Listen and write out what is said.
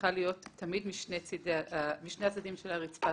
צריכה תמיד להיות משני הצדדים של הרצפה.